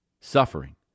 Suffering